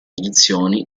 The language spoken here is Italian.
edizioni